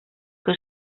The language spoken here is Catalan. que